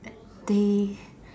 they